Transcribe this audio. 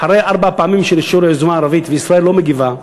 אחרי ארבע פעמים של אישור היוזמה הערבית וישראל לא מגיבה,